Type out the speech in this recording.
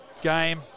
game